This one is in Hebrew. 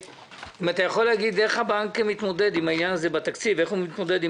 לא מקובל עליי שאתה לא נותן לקבל תשובה לשאלה לגיטימית.